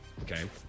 okay